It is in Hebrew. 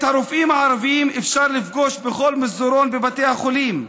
את הרופאים הערבים אפשר לפגוש בכל מסדרון בבתי החולים,